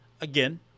again